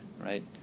right